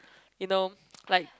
you know like